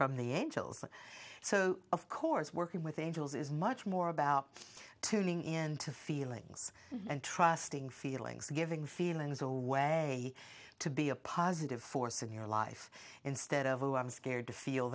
from the angels so of course working with angels is much more about tuning into feelings and trusting feelings giving feelings or way to be a positive force in your life instead of who i'm scared to feel